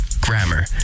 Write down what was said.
grammar